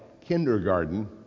kindergarten